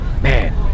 man